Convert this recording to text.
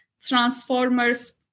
transformers